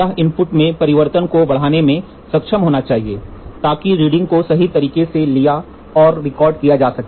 यह इनपुट में परिवर्तन को बढ़ाने में सक्षम होना चाहिए ताकि रीडिंग को सही तरीके से लिया और रिकॉर्ड किया जा सके